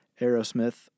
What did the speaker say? Aerosmith